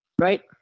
right